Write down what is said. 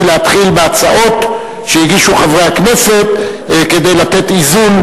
להתחיל בהצעות שהגישו חברי הכנסת כדי לתת איזון,